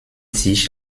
sich